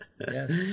Yes